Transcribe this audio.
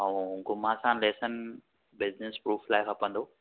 ऐं सां lesson business proof लाइ खपंदो